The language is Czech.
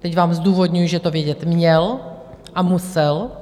Teď vám zdůvodňuji, že to vědět měl a musel.